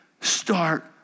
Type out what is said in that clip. Start